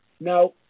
Now